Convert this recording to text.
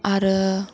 आरो